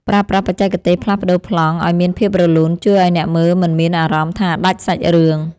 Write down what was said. ប្រើប្រាស់បច្ចេកទេសផ្លាស់ប្តូរប្លង់ឱ្យមានភាពរលូនជួយឱ្យអ្នកមើលមិនមានអារម្មណ៍ថាដាច់សាច់រឿង។